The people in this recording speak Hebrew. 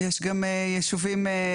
לא משנה.